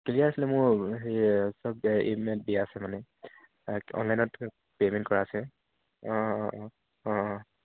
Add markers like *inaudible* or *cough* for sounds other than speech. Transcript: clear আছিলে মোৰ সেই *unintelligible* মানে অনলাইনত পে'মেণ্ট কৰা আছে অঁ অঁ অঁ অঁ অঁ অঁ